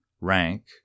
rank